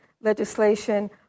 legislation